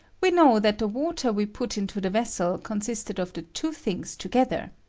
we know that the water we put into the vessel consisted of the two things together.